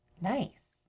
Nice